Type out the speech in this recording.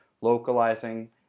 localizing